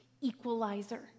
equalizer